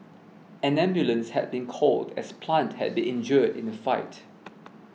an ambulance had been called as Plant had been injured in the fight